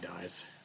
dies